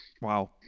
Wow